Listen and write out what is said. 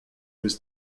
was